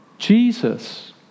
Jesus